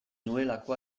nuelako